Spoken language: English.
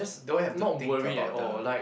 don't have to think about the